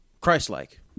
Christlike